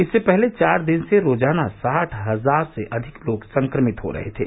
इससे पहले चार दिन से रोजाना साठ हजार से अधिक लोग संक्रमित हो रहे थे